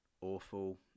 awful